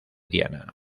diana